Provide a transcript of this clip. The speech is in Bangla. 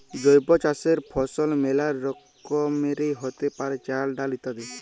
জৈব চাসের ফসল মেলা রকমেরই হ্যতে পারে, চাল, ডাল ইত্যাদি